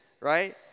right